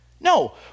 No